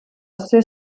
ser